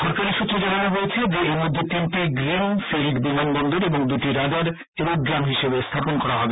সরকারী সুত্রে জানানো হয়েছে যে এরমধ্যে তিনটি গ্রীন ফিল্ড বিমানবন্দর এবং দুটি রাডার এরোড্রোম হিসাবে স্থাপন করা হবে